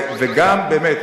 וגם באמת,